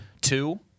two